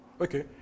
Okay